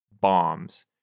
bombs